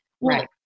Right